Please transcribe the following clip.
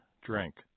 drink